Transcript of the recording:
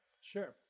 Sure